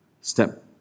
Step